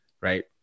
Right